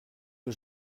que